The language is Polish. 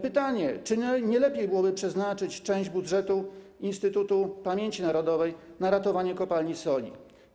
Pytanie: Czy nie lepiej byłoby przeznaczyć część budżetu Instytutu Pamięci Narodowej na ratowanie kopalni soli?